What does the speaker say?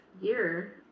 year